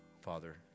Father